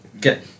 get